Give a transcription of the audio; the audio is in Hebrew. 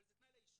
אבל זה תנאי לאישור